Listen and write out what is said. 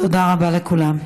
תודה רבה לכולם.